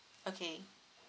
okay